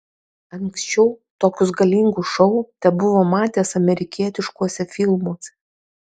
anksčiau tokius galingus šou tebuvo matęs amerikietiškuose filmuose